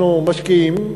אנחנו משקיעים,